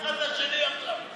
מה זה קשור אחד לשני עכשיו?